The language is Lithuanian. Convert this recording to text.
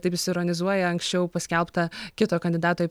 taip jis ironizuoja anksčiau paskelbtą kito kandidato į